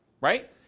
right